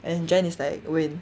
and jen is like wayne